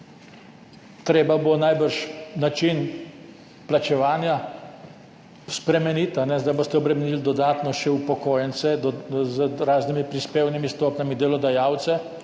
treba bo najbrž način plačevanja spremeniti. Zdaj boste obremenili dodatno še upokojence z raznimi prispevnimi stopnjami, delodajalce,